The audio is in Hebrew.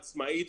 עצמאית,